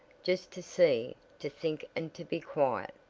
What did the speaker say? just to see, to think and to be quiet.